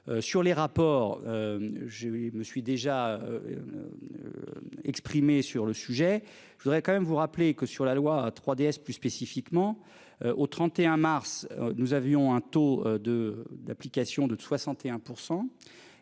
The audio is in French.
Sur les rapports. J'ai me suis déjà. Exprimé sur le sujet, je voudrais quand même vous rappeler que sur la loi 3DS plus spécifiquement au 31 mars. Nous avions un taux de d'application de 61%